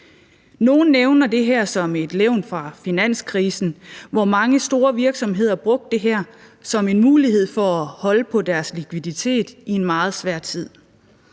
Nogle nævner det som et levn fra finanskrisen, hvor mange store virksomheder brugte det her som en mulighed for at holde på deres likviditet i en meget svær tid.